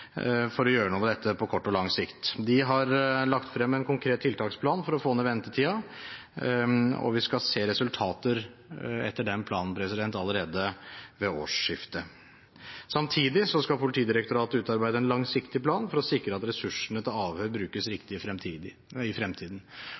for å gjøre noe med dette på kort og lang sikt. De har lagt frem en konkret tiltaksplan for å få ned ventetiden. Vi skal se resultater etter den planen allerede ved årsskiftet. Samtidig skal Politidirektoratet utarbeide en langsiktig plan for å sikre at ressursene til avhør brukes